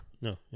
no